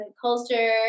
culture